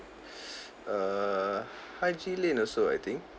err haji lane also I think